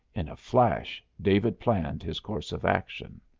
in a flash david planned his course of action.